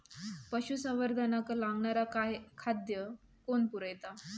पशुसंवर्धनाक लागणारा खादय कोण पुरयता?